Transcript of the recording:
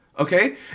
Okay